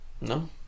No